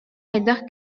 хайдах